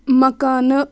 مکانہٕ